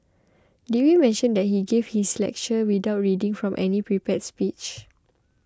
did we mention that he gave this lecture without reading from any prepared speech